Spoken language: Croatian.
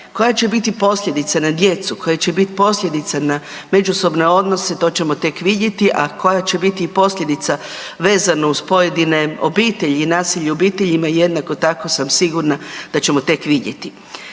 Koja će biti posljedica na djecu, koja će bit posljedica na međusobne odnose to ćemo tek vidjeti, a koja će biti posljedica vezano uz pojedine obitelji i nasilje u obitelji ima jednako tako sam sigurna da ćemo tek vidjeti.